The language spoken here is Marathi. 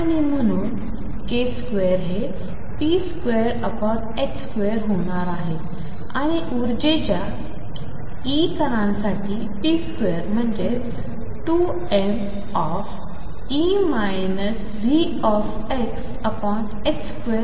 आणि म्हणून k2 हे p22 होणार आहे आणि उर्जेच्या E कणांसाठी p2 म्हणजेच 2m2 आहे ते p2